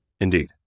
Indeed